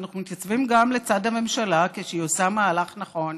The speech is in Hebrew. ואנחנו מתייצבים גם לצד הממשלה כשהיא עושה מהלך נכון.